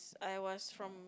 I was from